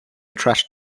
trashed